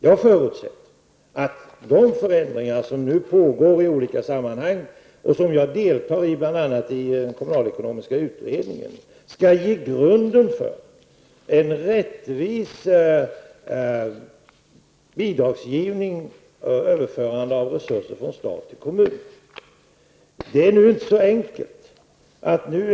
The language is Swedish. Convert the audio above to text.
Jag förutsätter att de förändringar som nu pågår i olika sammanhang, och som jag deltar i, bl.a. i den kommunalekonomiska utredningen, skall skapa en grund för en rättvis bidragsgivning och överförande av resurser från stat till kommun. Detta är nu inte så enkelt.